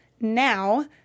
Now